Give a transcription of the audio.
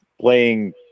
playing